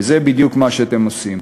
וזה בדיוק מה שאתם עושים.